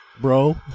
Bro